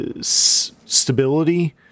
stability